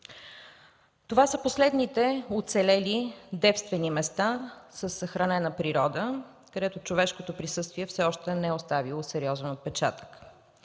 Това са последните оцелели девствени места със съхранена природа, където човешкото присъствие все още не е оставило сериозен отпечатък.